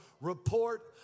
report